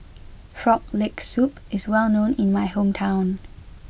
Frog Leg Soup is well known in my hometown